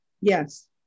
yes